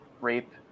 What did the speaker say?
rape